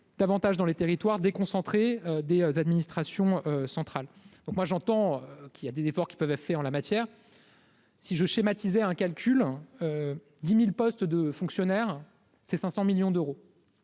davantage dans les territoires déconcentrée des administrations centrales, donc moi j'entends qu'il y a des efforts qui peuvent être faits en la matière. Si je schématise un calcul 10000 postes de fonctionnaires, ces 500 millions d'euros,